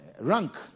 rank